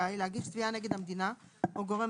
מזכאי להגיש תביעה נגד המדינה או גורם